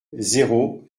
zéro